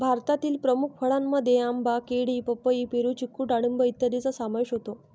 भारतातील प्रमुख फळांमध्ये आंबा, केळी, पपई, पेरू, चिकू डाळिंब इत्यादींचा समावेश होतो